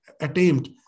attempt